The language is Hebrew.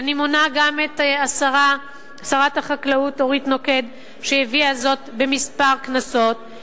אני מונה גם את שרת החקלאות אורית נוקד שהביאה זאת בכמה כנסות,